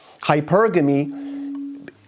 Hypergamy